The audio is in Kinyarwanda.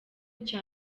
cya